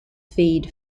feed